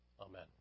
Amen